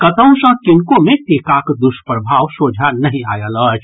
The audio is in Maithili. कतहु सँ किनको मे टीकाक दुष्प्रभाव सोझा नहि आयल अछि